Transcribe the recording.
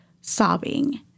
sobbing